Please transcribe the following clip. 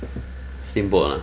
symbol